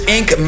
Inc